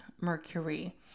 Mercury